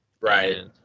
right